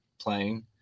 playing –